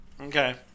okay